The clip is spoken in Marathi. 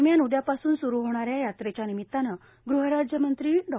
दरम्यान उद्यापासून सुरू होणाऱ्या यात्रेच्या निमित्तानं गृहराज्यमंत्री डॉ